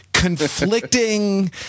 conflicting